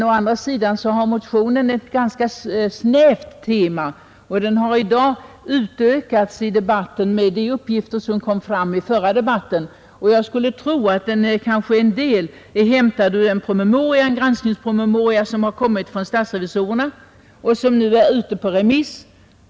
Å andra sidan har motionen ett snävare tema än dagens debatt liksom fjorårsdebatten. En del är kanske för övrigt hämtat ur en granskningspromemoria, som uppställts av riksdagens revisorer och som nu är ute på remiss.